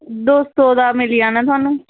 दो सौ दा मिली जाना तुआनूं